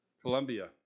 Colombia